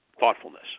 thoughtfulness